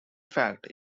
fact